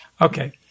Okay